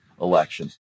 election